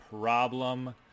problem